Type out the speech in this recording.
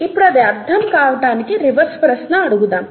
ఇప్పుడు అది అర్థం కావటానికి రివర్స్ ప్రశ్న అడుగుదాం